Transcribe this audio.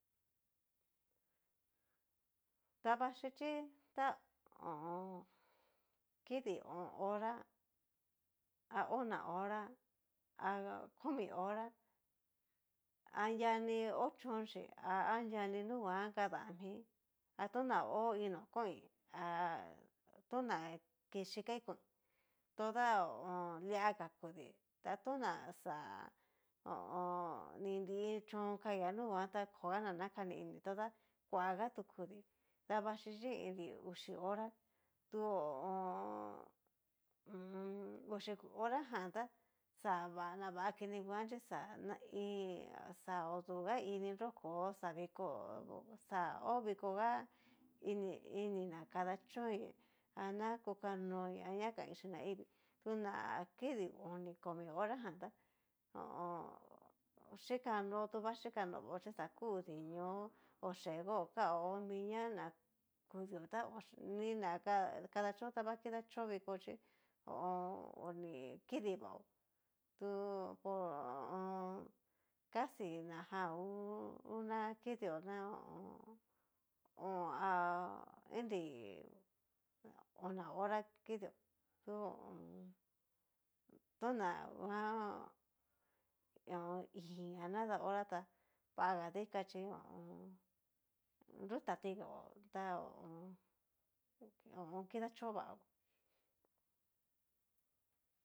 Davaxhichi ta ho o on. kidi o'on hora a ona hora a komi hora, anria ni ho chonxhi a anriani nunguan kada mí, a tona hó iin no koin há tona ke xhikai koin toda ho o on lia nga kudí, a tona xa ho o on. ni nri chón kai ha nuguan gtá koga na nakani ini todá kuaga tu kudí davaxhichí kidi uxi hora tu ho o on. uxi hora jan tá xa na va kini ngua chí xá oduga ini nroko xa viko xa hó viko nga ini na kadachoín na kokanoí ana kain xhin naivii, tu na kidii oni komi hora jan tá ho o on. yikano tu va xhikanó vaó chí xa kuu dinió oyengo kao minia na kudio ta ni na kadachó va kidachó viko chí ho o on. oni kidi vaó tu ko ho. casi najan ngu na kinio ná ho o'on a inri oná hora kidio du ho o on. tona nguan íín a nadá hora ta vaga dika chí hó nrutati gó ho o o. kidachó vaó.